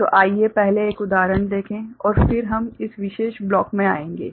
तो आइए पहले एक उदाहरण देखें और फिर हम इस विशेष ब्लॉक में आएंगे